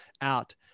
out